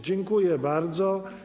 Dziękuję bardzo.